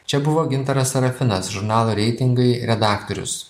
čia buvo gintaras sarafinas žurnalo reitingai redaktorius